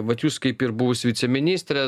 vat jūs kaip ir buvusi viceministrė